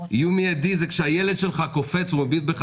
איום מיידי זה כאשר הילד שלך קופץ ומביט בך